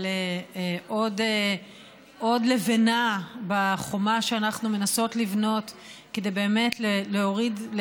על עוד לבנה בחומה שאנחנו מנסות לבנות כדי באמת להוריד,